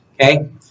okay